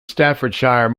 staffordshire